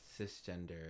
cisgender